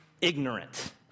ignorant